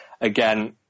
again